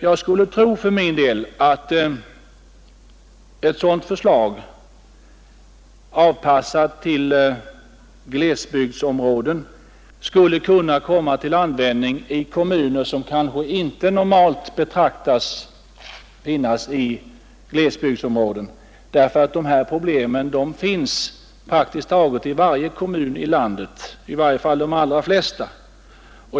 Jag skulle tro att en sådan organisation, avpassad för glesbygdsområden, skulle kunna komma till användning i kommuner som normalt inte anses tillhöra glesbygder. De här problemen finns i praktiskt taget varje kommun i landet, i varje fall i de allra flesta.